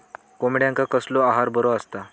कोंबड्यांका कसलो आहार बरो असता?